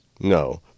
No